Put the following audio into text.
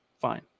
fine